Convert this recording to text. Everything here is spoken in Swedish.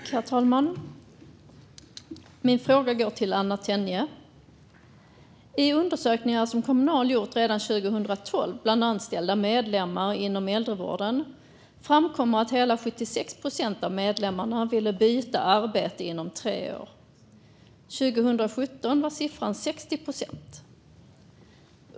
Herr talman! Min fråga går till Anna Tenje. I undersökningar som Kommunal gjorde bland anställda medlemmar inom äldrevården redan 2012 framkommer att hela 76 procent av medlemmarna ville byta arbete inom tre år. År 2017 var siffran 60 procent.